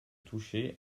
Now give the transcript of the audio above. toucher